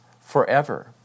forever